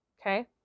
Okay